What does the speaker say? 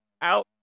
out